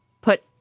put